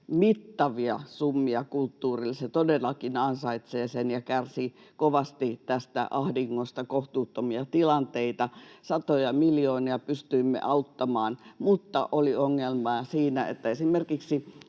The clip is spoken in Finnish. mittavia summia kulttuurille. Se todellakin ansaitsee sen ja kärsii kovasti tästä ahdingosta, on kohtuuttomia tilanteita. Satoja miljoonia pystyimme auttamaan, mutta oli ongelmaa siinä, että esimerkiksi